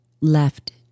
left